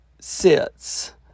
sits